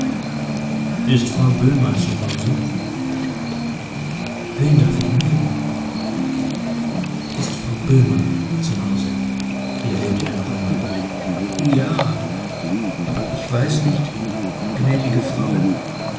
ist frau boehmer zu hause wen darf ich melden ist frau boehmer zu hause wiederholte er noch einmal ja aber ich weiß nicht gnädige frau sagen